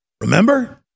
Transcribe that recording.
Remember